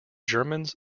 germans